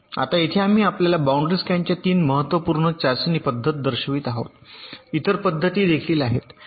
आता येथे आम्ही आपल्याला बाऊंड्री स्कॅनच्या 3 महत्त्वपूर्ण चाचणी पद्धती दर्शवित आहोत इतर पद्धती देखील आहेत